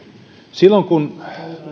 silloin kun